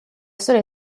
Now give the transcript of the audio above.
seule